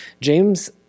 James